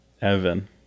Evan